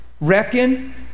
Reckon